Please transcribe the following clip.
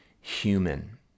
human